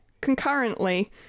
concurrently